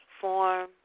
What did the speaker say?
form